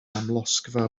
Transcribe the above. amlosgfa